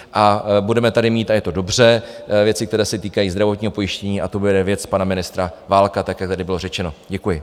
A budeme tady mít, a je to dobře, věci, které se týkají zdravotního pojištění, a to bude věc pana ministra Válka, tak jak tady bylo řečeno, děkuji.